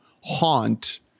haunt